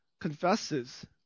confesses